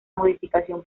modificación